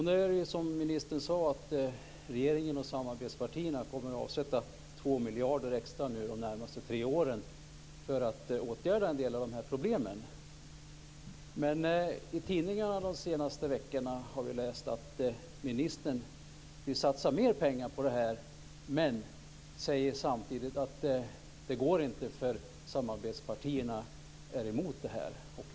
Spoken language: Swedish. Nu kommer, som ministern har sagt, regeringen och samarbetspartierna att avsätta 2 miljarder extra de närmaste tre åren för att åtgärda en del av problemen. I tidningarna de senaste veckorna har vi läst att ministern vill satsa mer pengar på detta. Men han säger samtidigt att det inte går eftersom samarbetspartierna är emot det.